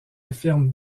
affirme